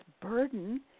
burden